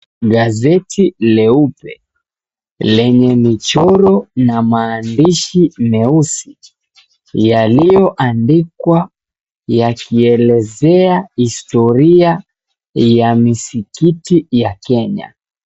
Gazeti leupe lenye michoro na maandishi meusi yaliyoandikwa yakielezea historia ya misikiti ya Kenya.